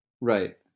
Right